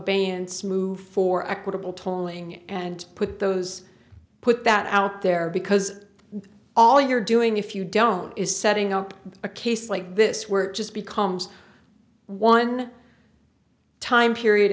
abeyance move for equitable tolling and put those put that out there because all you're doing if you don't is setting up a case like this where it just becomes one time period